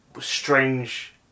strange